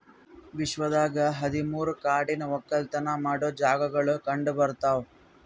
ವಿಶ್ವದಾಗ್ ಹದಿ ಮೂರು ಕಾಡಿನ ಒಕ್ಕಲತನ ಮಾಡೋ ಜಾಗಾಗೊಳ್ ಕಂಡ ಬರ್ತಾವ್